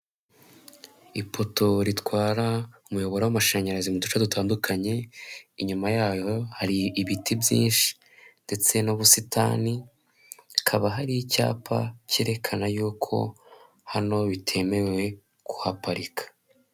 Ipoto ritwara umuyoboro w'amashanyarazi mu duce dutandukanye, inyuma yayo hari ibiti byinshi ndetse n'ubusitani hakaba hari icyapa cyerekana yuko hano bitemewe kuhaparika.